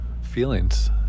feelings